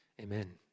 amen